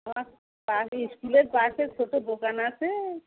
আমার বাড়ি ইস্কুলের পাশে ছোট দোকান আছে